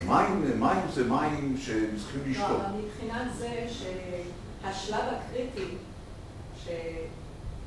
מים זה מים זה מים שהם צריכים לשתות. לא אבל מבחינת זה שהשלב הקריטי ש